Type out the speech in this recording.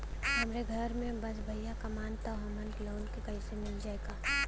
हमरे घर में बस भईया कमान तब हमहन के लोन मिल जाई का?